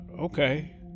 okay